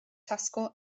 tesco